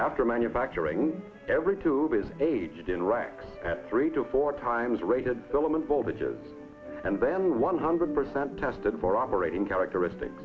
after manufacturing every tube is h direct at three to four times rated filament voltage is and then one hundred percent tested for operating characteristic